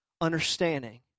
understanding